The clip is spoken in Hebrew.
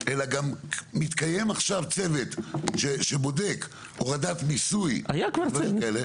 אלא גם מתקיים עכשיו צוות שבודק הורדת מיסוי ודברים כאלה.